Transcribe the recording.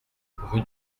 rue